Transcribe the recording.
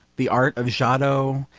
the art of giotto,